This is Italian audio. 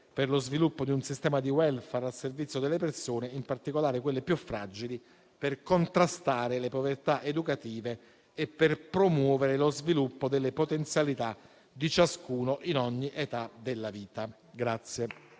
per lo sviluppo di un sistema di *welfare* al servizio delle persone, in particolare quelle più fragili, per contrastare le povertà educative e promuovere lo sviluppo delle potenzialità di ciascuno, in ogni età della vita.